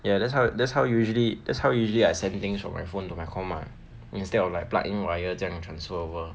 ya that's how that's how you usually that's how usually I send things from my phone to my com lah instead of like plug in wire 这样 transfer over